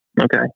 Okay